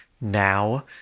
now